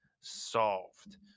solved